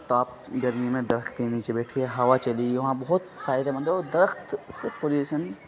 تو آپ گرمی میں درخت کے نیچے بیٹھ کے ہوا چلی وہاں بہت فائدے مند ہے اور درخت سے پولیوشن